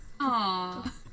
Aw